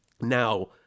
Now